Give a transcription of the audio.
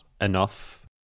enough